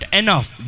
enough